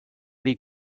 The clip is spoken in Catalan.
dir